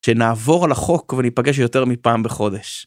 שנעבור על החוק וניפגש יותר מפעם בחודש.